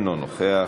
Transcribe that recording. אינו נוכח.